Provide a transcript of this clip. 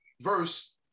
verse